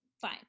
Fine